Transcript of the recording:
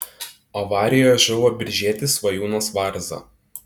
avarijoje žuvo biržietis svajūnas varza